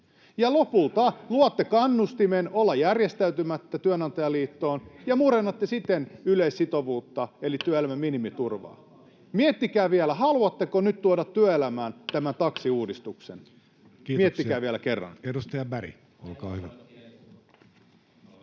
Lopulta luotte kannustimen olla järjestäytymättä työnantajaliittoon ja murennatte siten yleissitovuutta eli työelämän minimiturvaa. Miettikää vielä, haluatteko nyt tuoda työelämään tämän taksiuudistuksen. Miettikää vielä kerran.